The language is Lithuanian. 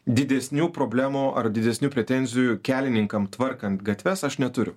didesnių problemų ar didesnių pretenzijų kelininkam tvarkant gatves aš neturiu